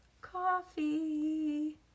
coffee